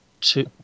two